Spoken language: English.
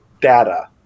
data